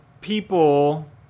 people